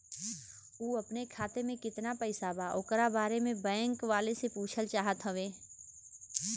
उ अपने खाते में कितना पैसा बा ओकरा बारे में बैंक वालें से पुछल चाहत हवे?